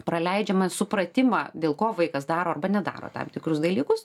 praleidžiame supratimą dėl ko vaikas daro arba nedaro tam tikrus dalykus